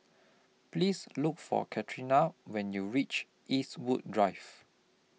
Please Look For Katharina when YOU REACH Eastwood Drive